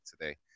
today